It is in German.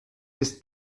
ist